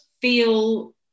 feel